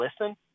listen